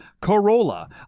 Corolla